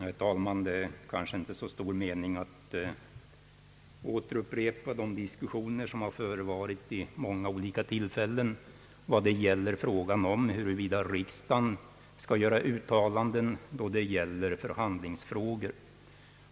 Herr talman! Det är kanske inte så stor mening i att upprepa de diskussioner som ägt rum vid många olika tillfällen om huruvida riksdagen skall göra uttalanden i förhandlingsfrågor.